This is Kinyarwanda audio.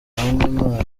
hamwe